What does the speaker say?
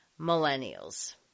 millennials